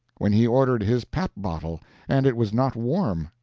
when he ordered his pap-bottle and it was not warm,